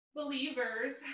believers